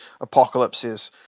apocalypses